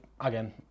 again